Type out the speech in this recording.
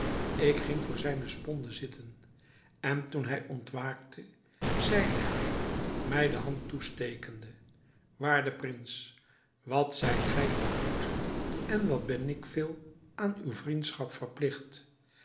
ik ging voor zijne sponde zitten en toen hij ontwaakte zeide hij mij de hand toestekende waarde prins wat zijt gij toch goed en wat ben ik veel aan uwe vriendschap verpligt